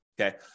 Okay